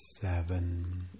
seven